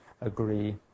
agree